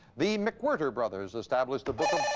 the mcwhirter brothers established a book of.